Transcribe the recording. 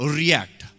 react